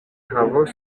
havos